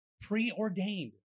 Preordained